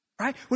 Right